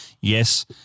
Yes